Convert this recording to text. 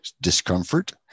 discomfort